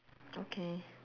okay